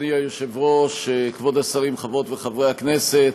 אדוני היושב-ראש, כבוד השרים, חברות וחברי הכנסת,